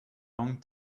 long